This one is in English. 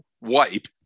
wipe